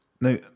now